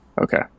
Okay